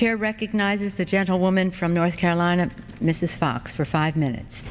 chair recognizes the gentlewoman from north carolina mrs fox for five minutes